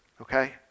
Okay